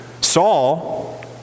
Saul